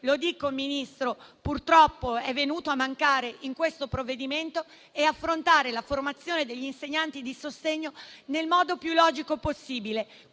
quello che purtroppo è venuto a mancare in questo provvedimento è affrontare la formazione degli insegnanti di sostegno nel modo più logico possibile,